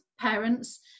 parents